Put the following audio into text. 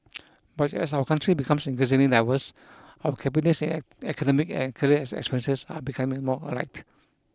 but as our country becomes increasingly diverse our cabinet's academic and career experiences are becoming more alike